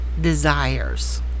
desires